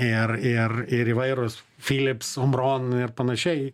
ir ir ir įvairūs philips omron ir panašiai